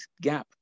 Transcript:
gap